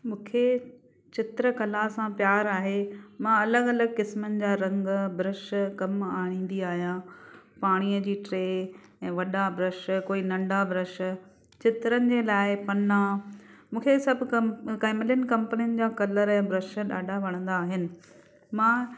मूंखे चित्र कला सां प्यार आहे मां अलगि॒ अलगि॒ क़िस्मनि जा रंग ब्रश कमु आणिंदी आहियां पाणीअ जी ट्रे ऐं वॾा ब्रश को नंढा ब्रश चित्रनि जे लाइ पन्ना मूंखे सभु केमिलीन कंपनीनि जा कलर ब्रश ॾाढा वणंदा आहिनि मां